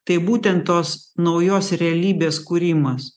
tai būtent tos naujos realybės kūrimas